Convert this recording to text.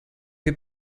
wir